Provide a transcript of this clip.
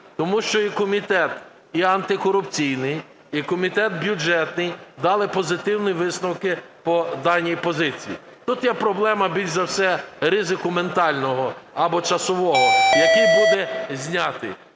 Тому що і комітет, і антикорупційний, і Комітет бюджетний дали позитивні висновки по даній позиції. Тут є проблема більш за все ризику ментального або часового, який буде знятий.